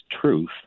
truth